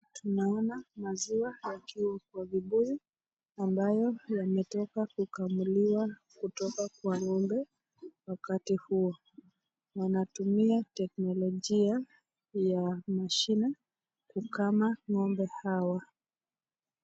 Naona maziwa yakiwa kwa vibuyu, ambayo yametoka kukamuliwa kutoka kwa ngombe wakati huo. Wanatumia teknologia ya mashini kukama ngombe hawa.